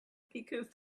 because